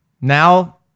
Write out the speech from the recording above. Now